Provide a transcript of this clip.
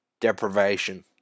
Deprivation